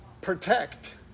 protect